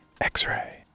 X-Ray